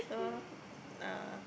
so uh